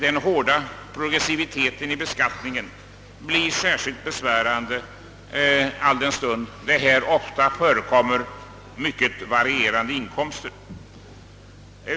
Den hårda progressiviteten i beskattningen blir också särskilt besvärande för dem, eftersom inkomsterna ofta varierar mycket.